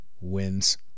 wins